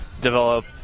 develop